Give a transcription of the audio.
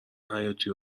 حیاتی